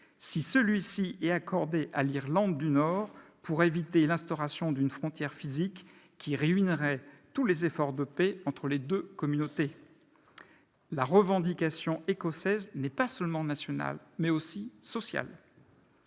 si celui-ci est accordé à l'Irlande du Nord, pour éviter l'instauration d'une frontière physique, qui ruinerait tous les efforts de paix entre les deux communautés ? La revendication écossaise n'est pas seulement nationale, elle est aussi sociale.